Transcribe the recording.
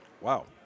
Wow